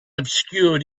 obscured